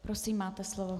Prosím, máte slovo.